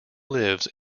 lives